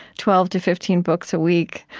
twelve to fifteen books a week,